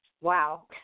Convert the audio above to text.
Wow